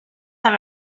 have